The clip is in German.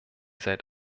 seit